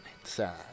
inside